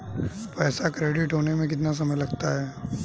पैसा क्रेडिट होने में कितना समय लगता है?